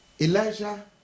Elijah